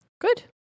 Good